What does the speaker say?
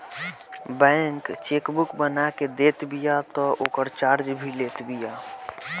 bank chequebook बना के देत बिया तअ ओकर चार्ज भी लेत बिया